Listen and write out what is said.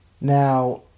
Now